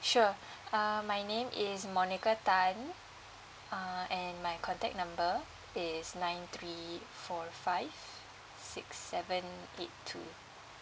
sure uh my name is monica tan uh and my contact number is nine three four five six seven eight two